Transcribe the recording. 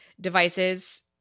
devices